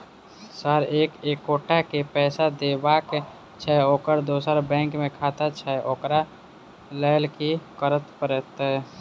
Sir एक एगोटा केँ पैसा देबाक छैय ओकर दोसर बैंक मे खाता छैय ओकरा लैल की करपरतैय?